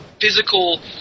physical